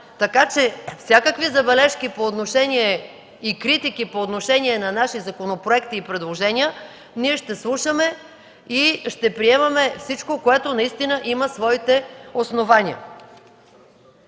Така че всякакви забележки и критики по отношение на наши законопроекти и предложения ние ще слушаме и ще приемаме всичко, което наистина има своите основания.